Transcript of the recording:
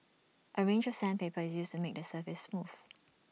A range of sandpaper is used to made the surface smooth